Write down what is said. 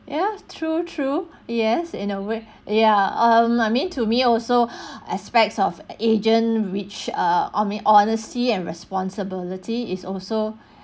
ya true true yes in a way ya um I mean to me also aspects of agent which err I mean honesty and responsibility is also